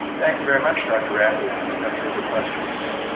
thank you very much dr rafii, i have no further questions.